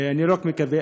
ואני לא רק מקווה,